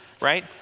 right